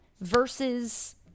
versus